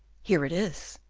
here it is.